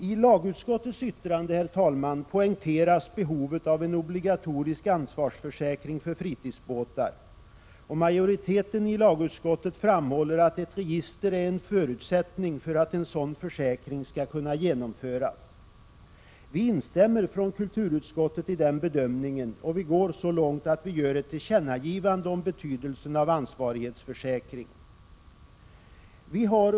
I lagutskottets yttrande poängteras behovet av en obligatorisk ansvarsförsäkring för fritidsbåtar. Majoriteten i lagutskottet framhåller att ett register är en förutsättning för att en sådan försäkring skall kunna införas. Kulturutskottet instämmer i den bedömningen, och vi går så långt att vi föreslår ett tillkännagivande till regeringen om betydelsen av en obligatorisk ansvarsförsäkring.